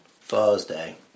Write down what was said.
Thursday